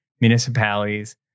municipalities